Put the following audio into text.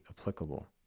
applicable